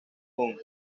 hunt